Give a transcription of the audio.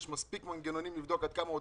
יש מספיק מנגנונים לבדוק עד כמה אותנטי,